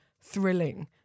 thrilling